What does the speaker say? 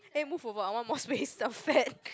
eh move over I want more space I'm fat